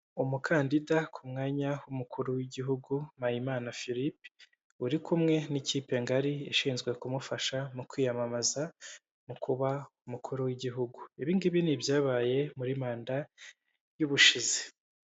Umukandida ku mwanya w'umukuru w'igihugu Mpayimana Philippe, uri kumwe n'ikipe ngari ishinzwe kumufasha mu kwiyamamaza mu kuba umukuru w'igihugu, ibi ngibi ni ibyabaye muri manda y'ubushize.